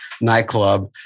nightclub